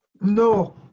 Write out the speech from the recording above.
No